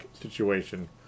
situation